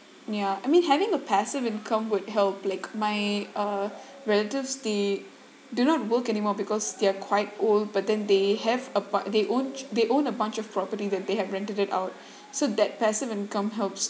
ya I mean having a passive income would help like my err relatives they do not work anymore because they're quite old but then they have a par~ they own they own a bunch of property that they have rented it out so that passive income helps